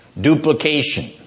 duplication